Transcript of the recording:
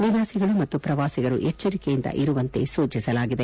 ನಿವಾಸಿಗಳು ಮತ್ತು ಪ್ರವಾಸಿಗರು ಎಚ್ಚರಿಕೆಯಿಂದ ಇರುವಂತೆ ಸೂಚಿಸಲಾಗಿದೆ